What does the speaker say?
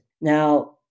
Now